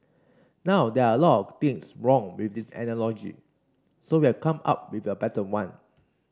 now there are a lot of things wrong with this analogy so we've come up with a better one